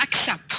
accept